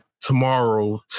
tomorrow